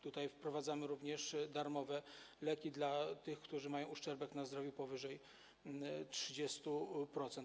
Tutaj wprowadzamy również darmowe leki dla tych, którzy mają uszczerbek na zdrowiu powyżej 30%.